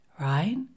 right